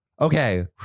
Okay